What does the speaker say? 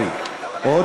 תם.